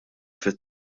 fit